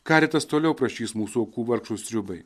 karitas toliau prašys mūsų aukų vargšų sriubai